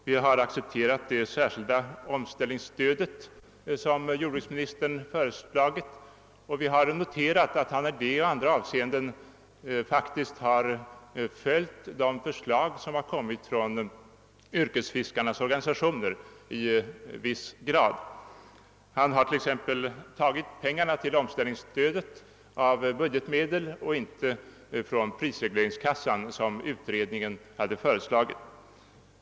Vi har accepterat det särskilda omställningsstödet som jordbruksministern föreslagit, och vi har noterat att man i det avseendet och även i Övrigt i viss utsträckning har följt de förslag som framlagts av yrkesfiskarnas organisationer. Jordbruksministern har föreslagit att pengarna till omställningsstödet skall tas av budgetmedel och inte från prisregleringskassan som utredningen hade föreslagit.